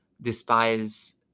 despise